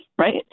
right